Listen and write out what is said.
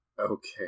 Okay